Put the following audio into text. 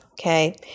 okay